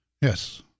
Yes